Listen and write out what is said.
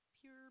pure